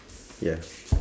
ya